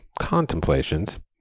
contemplations